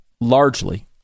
largely